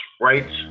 right